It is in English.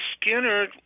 Skinner